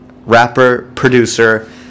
rapper-producer